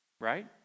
right